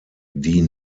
die